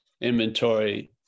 inventory